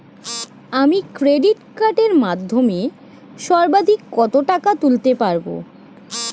আমি ক্রেডিট কার্ডের মাধ্যমে সর্বাধিক কত টাকা তুলতে পারব?